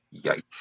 yikes